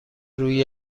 روی